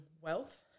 wealth